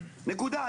נקודה.